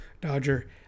Dodger